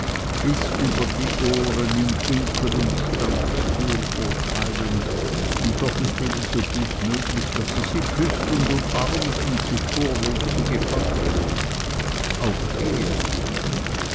bis über die ohren in dünkel und standesvorurteilen und doch ist ebensogut möglich daß er sie küßt und umarmt und sich vorweg zu gevatter lädt auf ehr